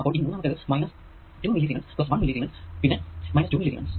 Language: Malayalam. അപ്പോൾ ഈ മൂന്നാമത്തേത് 2 മില്ലി സീമെൻസ് 1 മില്ലി സീമെൻസ് പിന്നേ 2 മില്ലി സീമെൻസ് എന്നതാണ്